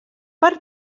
per